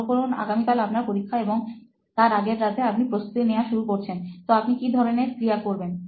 মনে করুন আগামীকাল আপনার পরীক্ষা এবং তার আগের রাতে আপনি প্রস্তুতি নেওয়া শুরু করছেন তো আপনি কি ধরনের ক্রিয়া করবেন